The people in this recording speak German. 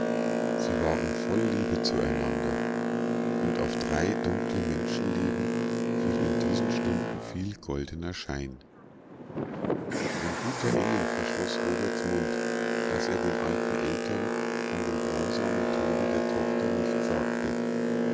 sie waren voll liebe zueinander und auf drei dunkle menschenleben fiel in diesen stunden viel goldener schein ein guter engel verschloß roberts mund daß er den alten eltern von dem grausamen tode der tochter nichts sagte